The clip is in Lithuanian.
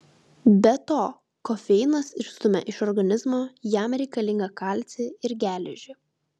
be to kofeinas išstumia iš organizmo jam reikalingą kalcį ir geležį